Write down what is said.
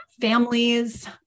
families